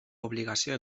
obligació